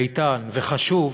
איתן וחשוב,